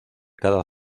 cada